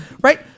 right